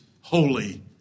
holy